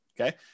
okay